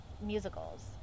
musicals